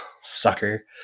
Sucker